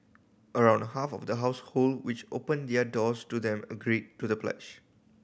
around half of the household which opened their doors to them agreed to the pledge